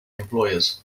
employers